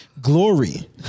glory